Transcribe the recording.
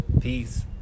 Peace